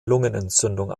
lungenentzündung